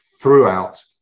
throughout